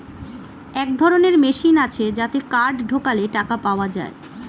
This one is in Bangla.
এক ধরনের মেশিন আছে যাতে কার্ড ঢোকালে টাকা পাওয়া যায়